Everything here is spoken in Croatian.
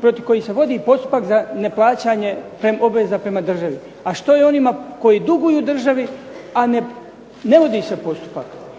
protiv kojih se vodi postupak za neplaćanje obveza prema državi. A što je onima koji duguju državi, a ne vodi se postupak?